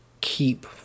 keep